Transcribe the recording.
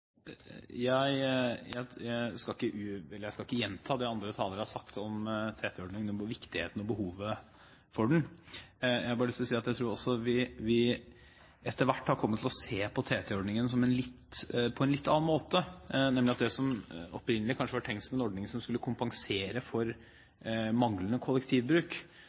sagt om viktigheten av og behovet for TT-ordningen. Jeg har bare lyst til å si at jeg tror at vi etter hvert har kommet til å se på TT-ordningen på en litt annen måte enn det som opprinnelig kanskje var tenkt, en ordning som skulle kompensere for manglende kollektivbruk.